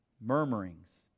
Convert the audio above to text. Murmurings